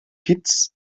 kitts